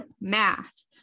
math